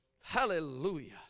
hallelujah